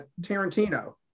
tarantino